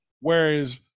Whereas